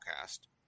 cast